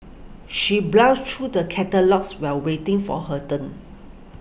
she browsed through the catalogues while waiting for her turn